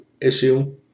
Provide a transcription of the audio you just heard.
issue